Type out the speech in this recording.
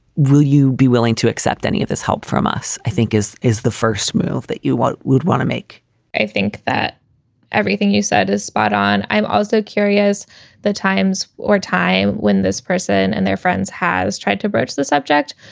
will you be willing to accept any of this help from us? i think this is the first move that you want would want to make i think that everything you said is spot on. i'm also curious the times or time when this person and their friends has tried to broach the subject,